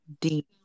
Deep